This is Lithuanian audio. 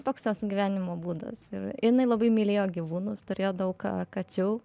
toks jos gyvenimo būdas ir jinai labai mylėjo gyvūnus turėjo daug kačių